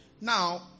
Now